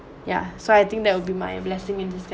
ya so I think that would be my blessing in disguise